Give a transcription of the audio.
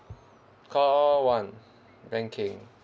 call one banking